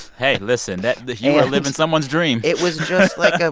hey, listen. that you are living someone's dream it was just, like, ah